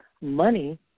money